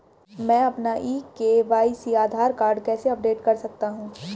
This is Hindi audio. मैं अपना ई के.वाई.सी आधार कार्ड कैसे अपडेट कर सकता हूँ?